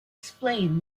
explain